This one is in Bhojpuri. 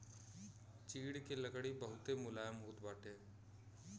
चीड़ के लकड़ी बहुते मुलायम होत बाटे